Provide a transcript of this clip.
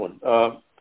one